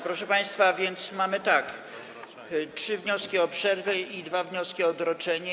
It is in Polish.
Proszę państwa, tak więc mamy trzy wnioski o przerwę i dwa wnioski o odroczenie.